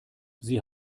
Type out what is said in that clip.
sie